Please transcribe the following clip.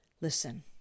listen